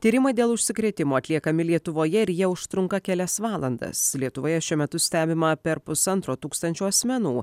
tyrimai dėl užsikrėtimo atliekami lietuvoje ir jie užtrunka kelias valandas lietuvoje šiuo metu stebima per pusantro tūkstančio asmenų